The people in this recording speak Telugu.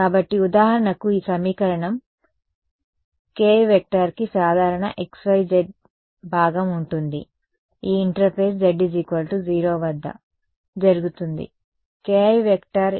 కాబట్టి ఉదాహరణకు ఈ సమీకరణం కాబట్టి ki కి సాధారణ x y z భాగం ఉంటుంది ఈ ఇంటర్ఫేస్ z 0 వద్ద జరుగుతుంది ki